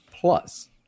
plus